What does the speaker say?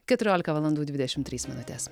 keturiolika valandų dvidešim trys minutės